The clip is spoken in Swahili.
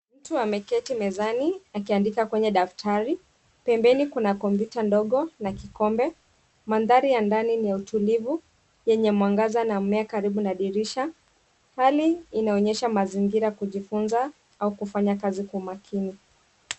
Mtu ameketi kwenye mezani akiandika kwenye daftari pempeni kuna kompyuta ndogo na kikombe mandari ya ndani Ina utulivu Lenye mwangaza na na mimea ilio karibu na dirisha hali inaonyesha mazingira kujifunza au kufanya kazi kwa makini .